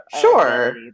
Sure